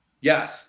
Yes